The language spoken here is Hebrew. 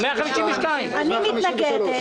אני מתנגדת.